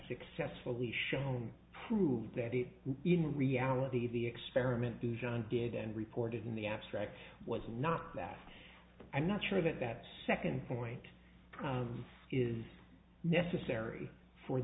successfully shown prove that they in reality the experiment do john did and reported in the abstract was not that i'm not sure that that second point is necessary for